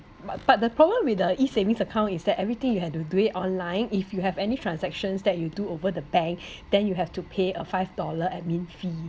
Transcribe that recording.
but but the problem with the E savings account is that everything you had to do it online if you have any transactions that you do over the bank then you have to pay a five dollar admin fee